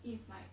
if like